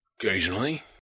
Occasionally